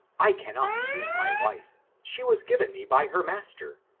i cannot leave my wife she was given me by her master,